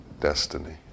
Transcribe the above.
destiny